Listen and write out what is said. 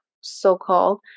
so-called